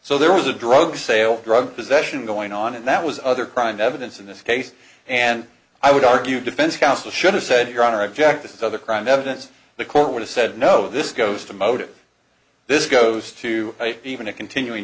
so there was a drug sale drug possession going on and that was other crime evidence in this case and i would argue defense counsel should have said your honor object this is other crime evidence the court would have said no this goes to motive this goes to even a continuing